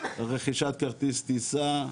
רכישת כרטיס טיסה,